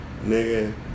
nigga